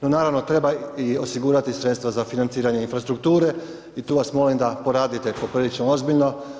No, naravno treba i osigurati sredstva za financiranje infrastrukture i tu vas molim da poradite poprilično ozbiljno.